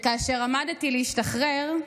וכאשר עמדתי להשתחרר,